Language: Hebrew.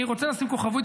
אני רוצה לשים כוכבית,